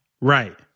Right